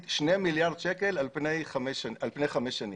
שני מיליארד שקל על פני חמש שנים,